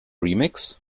remix